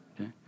okay